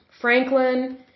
Franklin